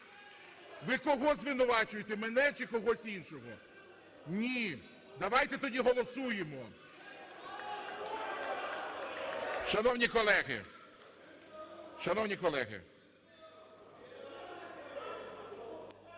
Ви кого звинувачуєте, мене чи когось іншого? Ні. Давайте тоді голосуємо. Шановні колеги…